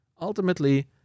Ultimately